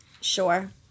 Sure